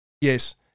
Yes